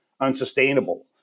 unsustainable